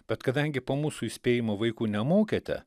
bet kadangi po mūsų įspėjimo vaikų nemokėte